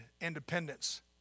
independence